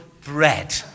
bread